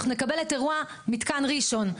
אנחנו נקבל את אירוע מתקן ראשון,